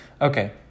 Okay